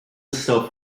stuff